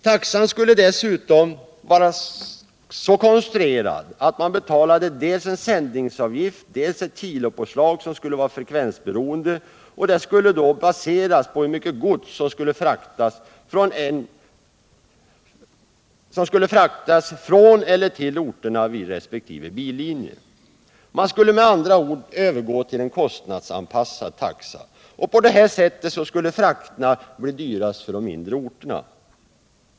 Taxan skulle dessutom vara så konstruerad att man betalade dels en sändningsavgift, dels ett kilopåslag som skulle vara frekvensberoende och baserat på hur mycket gods som fraktades från eller till orterna vid resp. billinjer. Man skulle med andra ord övergå till en kostnadsanpassad taxa, och på det sättet skulle frakterna bli dyrast för de mindre orterna.